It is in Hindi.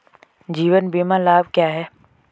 जीवन बीमा लाभ क्या हैं?